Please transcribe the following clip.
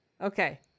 okay